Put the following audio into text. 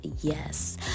yes